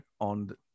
on